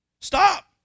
Stop